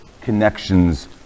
connections